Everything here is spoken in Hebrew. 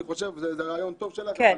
אני חושב שזה רעיון טוב שלך.